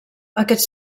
aquest